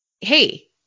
hey